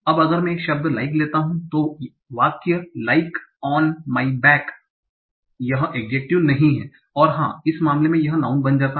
अब अगर मैं एक शब्द लाइक लेता हूं तो वाक्य लाइक ऑन माइ बेक यह एड्जेक्टिव नहीं है और हाँ यह इस मामले में यह नाउँन बन जाता है